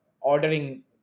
ordering